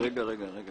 אני אוציא